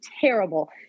terrible